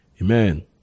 amen